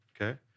okay